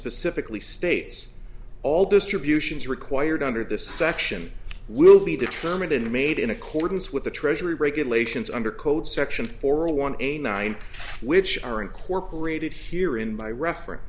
specifically states all distributions are required under this section will be determined and made in accordance with the treasury regulations under code section four a one a nine which are incorporated here in my reference